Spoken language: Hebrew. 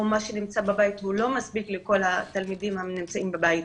או מה שבבית לא מספיק לכל התלמידים בבית.